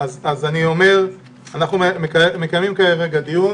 אנחנו מקיימים כרגע דיון